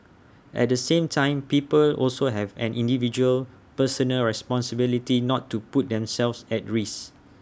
at the same time people also have an individual personal responsibility not to put themselves at risk